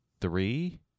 three